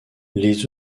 les